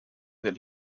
that